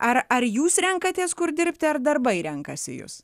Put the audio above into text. ar ar jūs renkatės kur dirbti ar darbai renkasi jus